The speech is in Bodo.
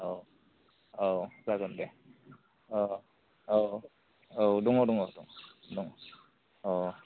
अ औ जागोन दे अ औ औ दङ दङ दं दं अ